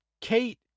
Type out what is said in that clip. Kate